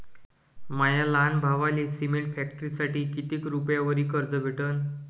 माया लहान भावाले सिमेंट फॅक्टरीसाठी कितीक रुपयावरी कर्ज भेटनं?